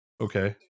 Okay